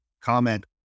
comment